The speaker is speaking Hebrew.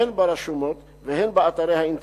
הן ברשומות והן באתרי האינטרנט.